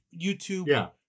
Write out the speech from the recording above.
YouTube